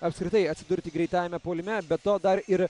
apskritai atsidurti greitajame puolime be to dar ir